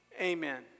Amen